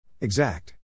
Exact